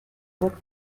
boite